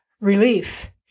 relief